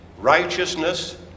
righteousness